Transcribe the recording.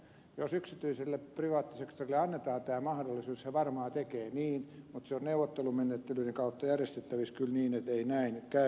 jos yksityiselle privaattisektorille annetaan tämä mahdollisuus se varmaan tekee niin mutta se on neuvottelumenettelyiden kautta järjestettävissä kyllä niin että ei näin käy